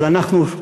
אבל אנחנו,